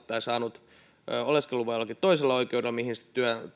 saanut oleskeluluvan jollakin toisella oikeudella mihin